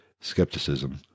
skepticism